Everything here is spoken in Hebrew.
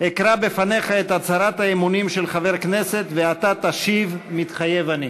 אקרא בפניך את הצהרת האמונים של חבר הכנסת ואתה תשיב: "מתחייב אני".